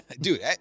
Dude